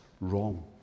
wrong